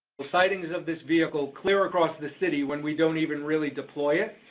sightings of this vehicle clear across the city when we don't even really deploy it,